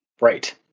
Right